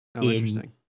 Interesting